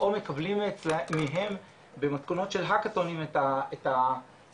או מקבלים מהם במתכונות של האקטונים את הצרכים,